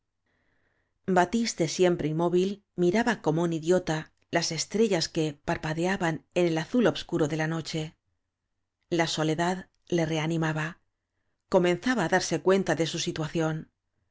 batiste siempre inmóvil miraba coinb un idiota las estrellas que parpadeaban en el azul obscuro de la noche la soledad le reanimaba comenzaba á darse cuenta de su situación